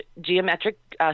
geometric